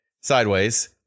sideways